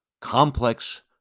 complex